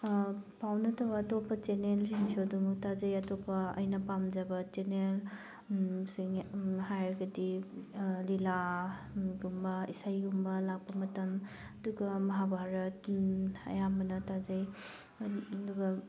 ꯄꯥꯎ ꯅꯠꯇꯕ ꯑꯇꯣꯞꯄ ꯆꯦꯅꯦꯜꯁꯤꯡꯁꯨ ꯑꯗꯨꯃꯛ ꯇꯥꯖꯩ ꯑꯇꯣꯞꯄ ꯑꯩꯅ ꯄꯥꯝꯖꯕ ꯆꯦꯅꯦꯜ ꯁꯤꯡ ꯍꯥꯏꯔꯒꯗꯤ ꯂꯤꯂꯥꯒꯨꯝꯕ ꯏꯁꯩꯒꯨꯝꯕ ꯂꯥꯛꯄ ꯃꯇꯝ ꯑꯗꯨꯒ ꯃꯍꯥꯚꯥꯔꯠ ꯑꯌꯥꯝꯕꯅ ꯇꯥꯖꯩ ꯑꯗꯨꯒ